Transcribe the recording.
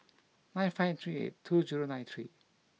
nine five three eight two zero nine three